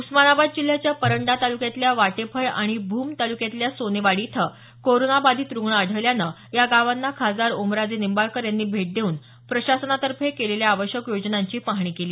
उस्मानाबाद जिल्ह्याच्या परंडा तालुक्यातल्या वाटेफळ आणि भूम तालुक्यातल्या सोनेवाडी इथं कोरोना बाधित रुग्ण आढळल्यानं या गावांना खासदार ओमराजे निंबाळकर यांनी भेट देऊन प्रशासनातर्फे केलेल्या आवश्यक उपायोजनांची पाहणी काल केली